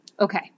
Okay